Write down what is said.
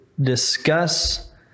discuss